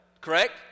Correct